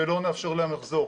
ולא נאפשר להם לחזור.